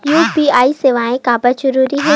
UPI सेवाएं काबर जरूरी हे?